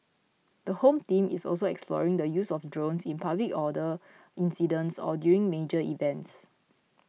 the Home Team is also exploring the use of drones in public order incidents or during major events